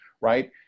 right